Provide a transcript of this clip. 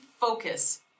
focus